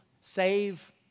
save